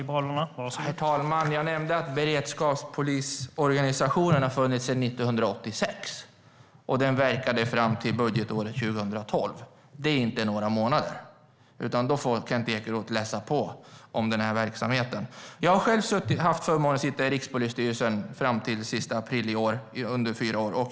Herr talman! Jag nämnde att beredskapspolisorganisationen har funnits sedan 1986. Den verkade fram till budgetåret 2012. Det är inte några månader. Då får Kent Ekeroth läsa på om verksamheten. Jag har själv haft förmånen att sitta i Rikspolisstyrelsen under fyra år fram till den 30 april i år.